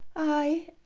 ay,